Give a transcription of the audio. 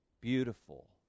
beautiful